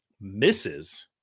misses